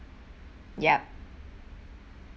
ya